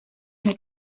mir